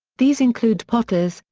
these include potters,